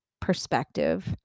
perspective